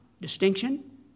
distinction